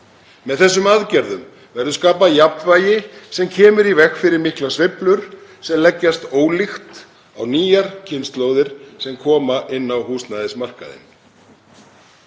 Með þessum aðgerðum verður skapað jafnvægi sem kemur í veg fyrir miklar sveiflur sem leggjast ólíkt á nýjar kynslóðir sem koma inn á húsnæðismarkaðinn.